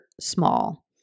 small